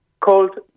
called